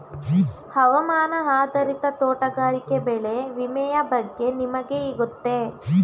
ಹವಾಮಾನ ಆಧಾರಿತ ತೋಟಗಾರಿಕೆ ಬೆಳೆ ವಿಮೆಯ ಬಗ್ಗೆ ನಿಮಗೆ ಗೊತ್ತೇ?